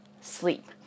sleep